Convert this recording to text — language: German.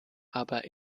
aber